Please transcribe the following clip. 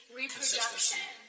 reproduction